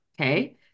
Okay